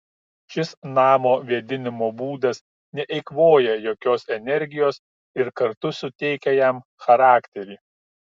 šis namo vėdinimo būdas neeikvoja jokios energijos ir kartu suteikia jam charakterį